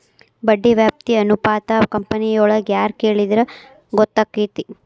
ಬಡ್ಡಿ ವ್ಯಾಪ್ತಿ ಅನುಪಾತಾ ಕಂಪನಿಯೊಳಗ್ ಯಾರ್ ಕೆಳಿದ್ರ ಗೊತ್ತಕ್ಕೆತಿ?